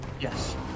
Yes